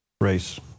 race